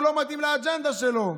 הוא לא מתאים לאג'נדה שלו.